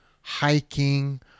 hiking